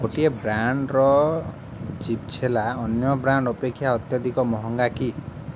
ଗୋଟିଏ ବ୍ରାଣ୍ଡ୍ର ଜିଭଛେଲା ଅନ୍ୟ ବ୍ରାଣ୍ଡ୍ ଅପେକ୍ଷା ଅତ୍ୟଧିକ ମହଙ୍ଗା କି